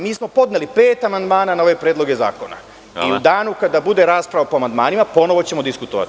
Mi smo podneli pet amandmana na ove predloge zakona i u danu kada bude rasprava po amandmanima, ponovo ćemo diskutovati.